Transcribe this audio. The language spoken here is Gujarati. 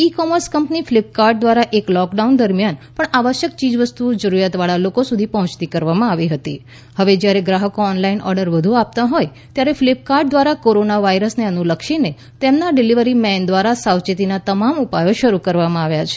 ઇ કોમર્સ કંપની ફિલિપ કાર્ટ દ્વારા લોક ડાઉન દરમિયાન પણ આવશ્યક ચીજ વસ્તુઓ જરૂરિયાત વાળા લોકો સુધી પહોંચતી કરવામાં આવતી હતી હવે જ્યારે ગ્રાહકો ઓનલાઈન ઓર્ડર વધુ આપતા હોય છે ત્યારે ફિલિપ કાર્ટ દ્વારા કોરોના વાઇરસ ને અનુલક્ષીને તેમના ડિલિવરી મેન દ્વારા સાવચેતીના તમામ ઉપાયો શરૂ કરવામાં આવ્યા છે